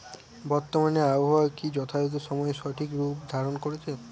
বর্তমানে আবহাওয়া কি যথাযথ সময়ে সঠিক রূপ ধারণ করছে?